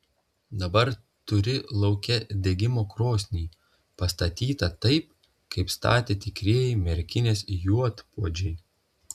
dabar turi lauke degimo krosnį pastatytą taip kaip statė tikrieji merkinės juodpuodžiai